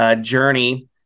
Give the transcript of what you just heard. journey